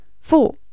Four